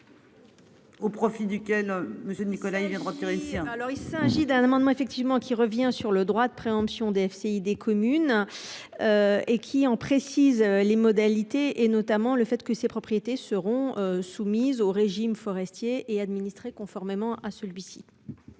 Au profit duquel monsieur Nicolas. Théoricien. Alors il s'agit d'un amendement effectivement qui revient sur le droit de préemption DFCI des communes. Et qui en précise les modalités et notamment le fait que ces propriétés seront soumises au régime forestier et administré conformément à celui-ci.